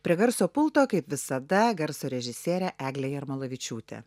prie garso pulto kaip visada garso režisierė eglė jarmolavičiūtė